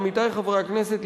עמיתי חברי הכנסת,